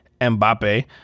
Mbappe